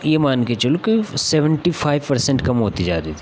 यह मान के चलो कि वह सेवेन्टी फ़ाइव पर्सेंट कम होती जा रही थी